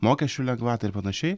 mokesčių lengvatą ir panašiai